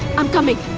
i'm coming.